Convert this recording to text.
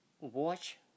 watch